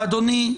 אדוני,